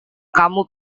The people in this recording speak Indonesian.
kamu